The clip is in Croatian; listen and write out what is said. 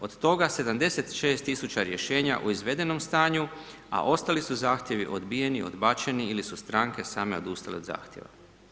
Od toga 76 tisuća rješenja o izvedenom stanju a ostali su zahtjevi odbijeni, odbačeni ili su stranke same odustale od zahtjeva.